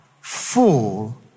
full